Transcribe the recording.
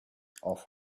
off